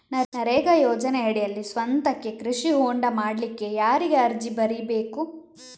ನರೇಗಾ ಯೋಜನೆಯಡಿಯಲ್ಲಿ ಸ್ವಂತಕ್ಕೆ ಕೃಷಿ ಹೊಂಡ ಮಾಡ್ಲಿಕ್ಕೆ ಯಾರಿಗೆ ಅರ್ಜಿ ಬರಿಬೇಕು?